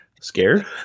Scared